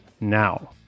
now